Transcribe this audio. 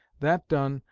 that done,